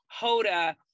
Hoda